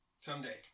Someday